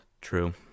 true